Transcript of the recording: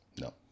No